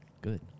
Good